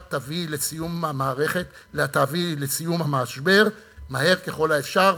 את תביאי לסיום המשבר מהר ככל האפשר,